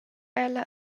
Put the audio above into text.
ella